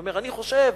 הוא אומר: אני חושב